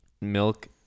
milk